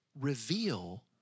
reveal